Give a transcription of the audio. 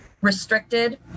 restricted